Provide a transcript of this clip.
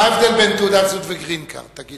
מה הבדל בין תעודת זהות וגרין-קארד, תגיד לי?